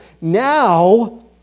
now